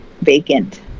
vacant